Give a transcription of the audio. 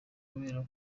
kubera